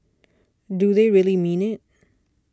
do they really mean it